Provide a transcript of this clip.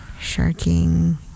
Sharking